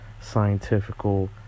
scientifical